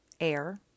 air